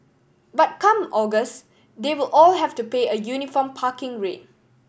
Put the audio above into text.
but come August they will all have to pay a uniform parking rate